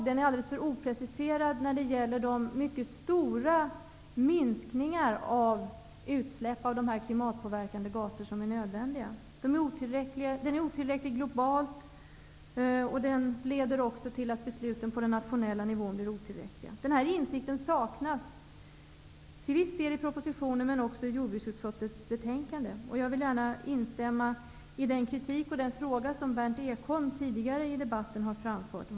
Den är alldeles för opreciserad när det gäller de mycket stora minskningar av utsläpp av de här klimatpåverkande gaserna som är nödvändiga. Den är otillräcklig globalt och den leder till att besluten på den nationella nivån blir otillräckliga. Den här insikten saknas till viss del i propositionen, men också i jordbruksutskottets betänkande. Jag vill gärna instämma i den kritik och den fråga som Berndt Ekholm tidigare i debatten har framfört.